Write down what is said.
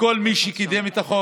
לכל מי שקידם את החוק.